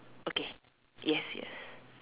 okay yes yes